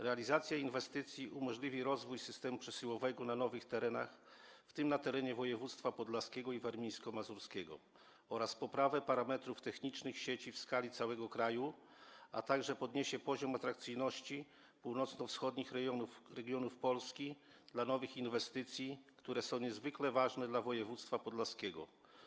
Realizacja inwestycji umożliwi rozwój systemu przesyłowego na nowych terenach, w tym na terenie województw podlaskiego i warmińsko-mazurskiego, oraz poprawę parametrów technicznych sieci w skali całego kraju, a także podniesie poziom atrakcyjności północno-wschodnich regionów Polski dla nowych inwestycji, które są niezwykle ważne dla województwa podlaskiego.